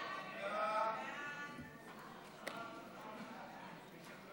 בעד, 74, נגד,